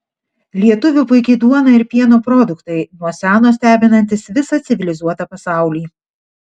lietuvių puiki duona ir pieno produktai nuo seno stebinantys visą civilizuotą pasaulį